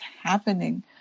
happening